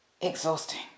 exhausting